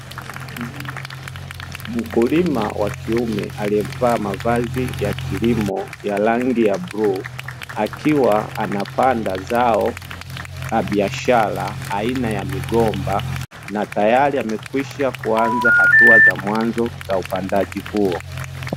Mkulima wa kiume aliyevaa mavazi ya kilimo ya rangi ya bluu, akiwa anapanda zao la biashara aina ya migomba, na tayari amekwisha kuanza hatua za mwanzo za upandaji huo.